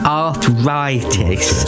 arthritis